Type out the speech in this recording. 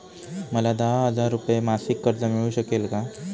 मला दहा हजार रुपये मासिक कर्ज मिळू शकेल का?